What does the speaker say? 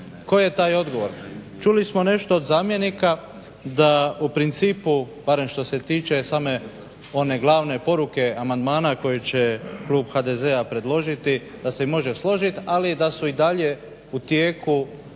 Koji je taj odgovor? Čuli smo zamjenika da u principu barem što se tiče same one glavne poruke amandmana koje će klub HDZ-a predložiti da se može složiti ali da su i dalje u tijeku